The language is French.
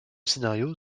scénario